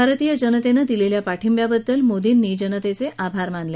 भारतीय जनतेनं दिलेल्या पाठिब्याबद्दल मोदींनी जनतेचे आभार मानले